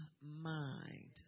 mind